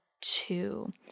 two